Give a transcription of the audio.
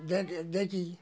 দেখ দেখি